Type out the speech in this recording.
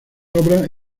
obras